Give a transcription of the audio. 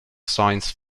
science